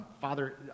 Father